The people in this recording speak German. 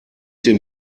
den